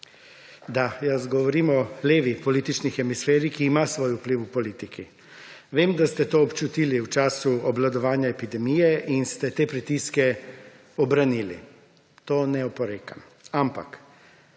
Da, govorim o levi politični hemisferi, ki ima svoj vpliv v politiki. Vem, da ste to občutili v času obvladovanja epidemije in ste te pritiske obranili, temu ne oporekam, ampak